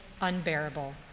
unbearable